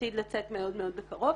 שעתיד לצאת מאוד מאוד בקרוב.